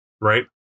right